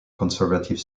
conservative